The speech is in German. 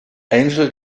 angel